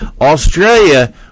Australia